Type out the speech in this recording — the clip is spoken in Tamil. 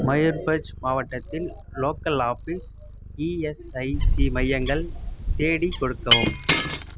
மயூர்பஞ் மாவட்டத்தில் லோக்கல் ஆஃபீஸ் இஎஸ்ஐசி மையங்கள் தேடிக் கொடுக்கவும்